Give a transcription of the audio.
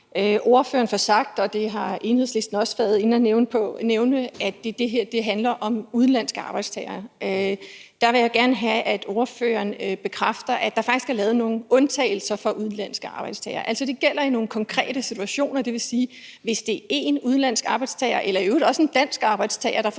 Ordføreren fik sagt – og det har Enhedslisten også været inde at nævne – at det her handler om udenlandske arbejdstagere. Der vil jeg gerne have, at ordføreren bekræfter, at der faktisk er lavet nogle undtagelser for udenlandske arbejdstagere, altså at det gælder i nogle konkrete situationer. Det vil sige, at hvis det er én udenlandsk arbejdstager eller i øvrigt også én dansk arbejdstager,